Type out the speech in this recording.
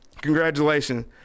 congratulations